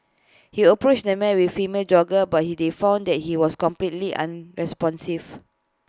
he approached the man with female jogger but he they found that he was completely unresponsive